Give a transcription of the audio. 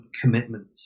commitment